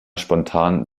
spontanen